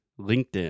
LinkedIn